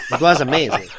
it was amazing.